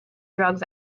drugs